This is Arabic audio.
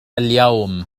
اليوم